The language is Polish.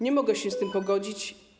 Nie mogę się z tym pogodzić.